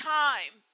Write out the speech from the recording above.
time